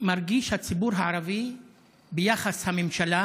מרגיש הציבור הערבי לגבי יחס הממשלה,